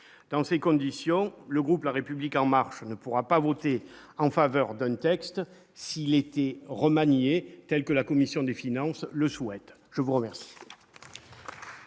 dans ces conditions, le groupe la République en marche et ne pourra pas voter en faveur d'un texte si l'été remanié, tels que la commission des finances le souhaite, je vous remercie.